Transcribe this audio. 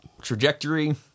Trajectory